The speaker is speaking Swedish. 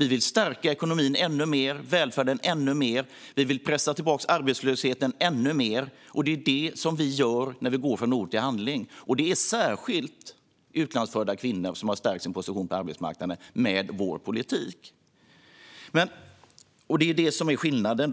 Vi vill stärka ekonomin ännu mer och välfärden ännu mer. Vi vill pressa tillbaka arbetslösheten ännu mer. Det är det vi gör när vi går från ord till handling. Det är som sagt särskilt utlandsfödda kvinnor som har stärkt sin position på arbetsmarknaden med vår politik. Det är det som är skillnaden